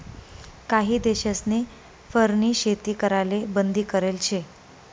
काही देशस्नी फरनी शेती कराले बंदी करेल शे